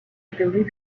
believe